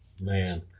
Man